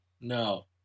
No